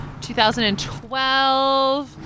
2012